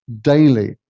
daily